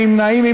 אין נמנעים,